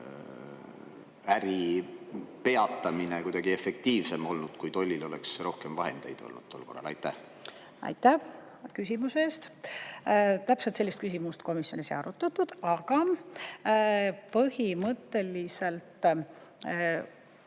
äri peatamine kuidagi efektiivsem olnud, kui tollil oleks rohkem vahendeid olnud tol korral? Aitäh! Aitäh küsimuse eest! Täpselt sellist küsimust komisjonis ei arutatud, aga põhimõtteliselt